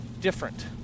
different